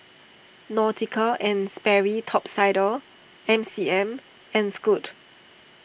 Nautica and Sperry Top Sider MCM and Scoot